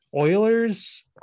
Oilers